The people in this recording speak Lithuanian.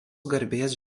garbės